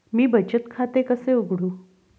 मी बचत खाते कसे उघडू?